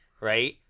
right